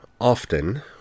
often